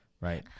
right